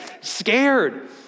scared